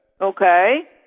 Okay